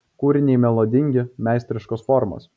kūriniai melodingi meistriškos formos